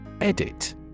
Edit